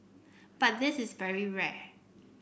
but this is very rare